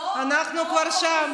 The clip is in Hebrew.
אנחנו כבר שם.